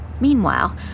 Meanwhile